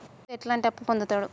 రైతు ఎట్లాంటి అప్పు పొందుతడు?